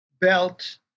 belt